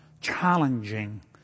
challenging